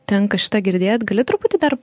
tenka šitą girdėt gali truputį dar